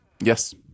Yes